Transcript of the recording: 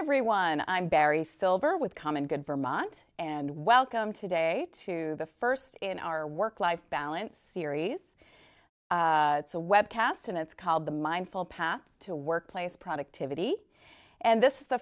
everyone i'm barry silver with common good vermont and welcome to day to the first in our work life balance series it's a web cast and it's called the mindful path to workplace productivity and this is the